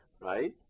right